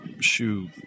shoe